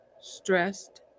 stressed